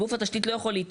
גוף התשתית לא יכול להתעלם,